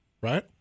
right